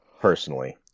personally